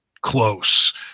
close